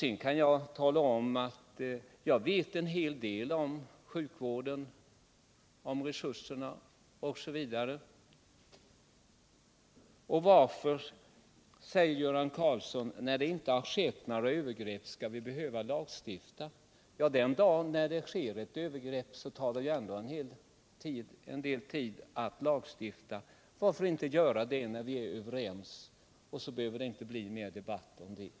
Jag kan tala om att jag vet en hel del om sjukvården, resurserna osv. Varför, säger Göran Karlsson, skall vi behöva lagstifta när det inte har skett några övergrepp? Ja, den dag när det sker ett övergrepp tar det ändå en del tid att lagstifta. Varför inte göra det när vi är överens? Då behöver det inte bli mer debatt om detta.